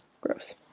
Gross